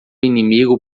inimigo